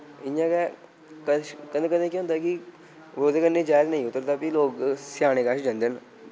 इ'यां गै कश कदें कदें केह् होंदा कि ओह्दे कन्नै जैह्र नेईं उतरदा फ्ही लोक स्याने कच्छ जंदे न